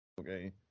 okay